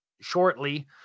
shortly